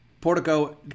Portico